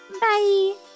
Bye